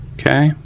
okay.